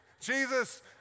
Jesus